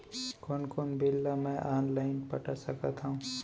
कोन कोन बिल ला मैं ऑनलाइन पटा सकत हव?